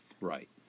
Right